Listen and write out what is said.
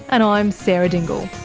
and i'm sarah dingle